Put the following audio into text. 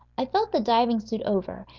i felt the diving-suit over,